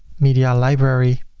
media library,